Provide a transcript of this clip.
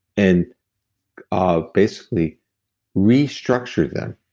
and ah basically restructured them.